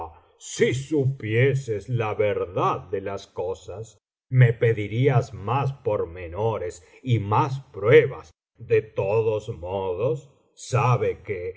si supieses la verdad de las cosas me pedirías más pormenores y más pruebas de todos modos sabe que